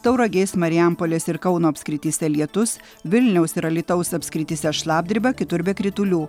tauragės marijampolės ir kauno apskrityse lietus vilniaus ir alytaus apskrityse šlapdriba kitur be kritulių